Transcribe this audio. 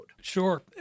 Sure